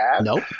Nope